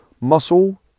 Muscle